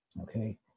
okay